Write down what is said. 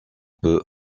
peu